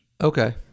Okay